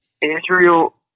Israel